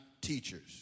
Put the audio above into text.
teachers